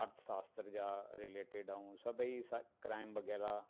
अर्थशास्त्र जा रिलेटेड ऐं सभई सा क्राईम वग़ैरह